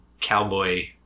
Cowboy